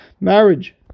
marriage